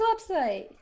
website